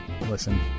listen